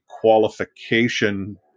qualification